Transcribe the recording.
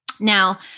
Now